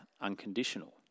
unconditional